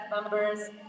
members